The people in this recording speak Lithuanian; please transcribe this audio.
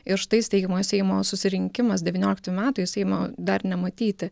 ir štai steigiamojo seimo susirinkimas devyniolikti metai seimo dar nematyti